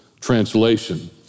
translation